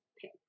pick